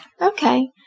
Okay